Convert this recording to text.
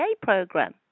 program